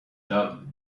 dubbed